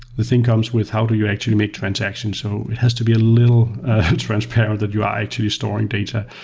the thing comes with how do you actually make transactions. so it has to be a little transparent that you are actually storing data.